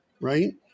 Right